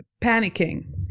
panicking